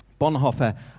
Bonhoeffer